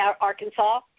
Arkansas